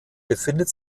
befindet